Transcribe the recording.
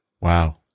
Wow